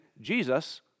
Jesus